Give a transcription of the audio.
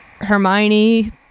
Hermione